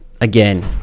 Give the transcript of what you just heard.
again